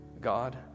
God